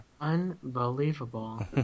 Unbelievable